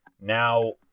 now